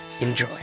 Enjoy